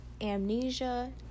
amnesia